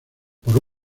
por